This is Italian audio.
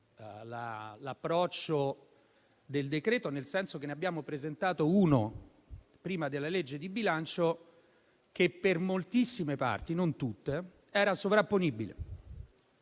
l'approccio del decreto-legge, nel senso che ne abbiamo presentato uno, prima della legge di bilancio, che per moltissime parti, non tutte, era sovrapponibile.